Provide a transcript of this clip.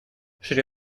шри